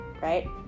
right